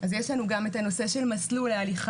אז יש לנו גם את נושא של מסלול ההליכה